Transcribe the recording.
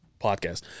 podcast